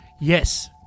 Yes